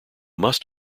must